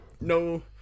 no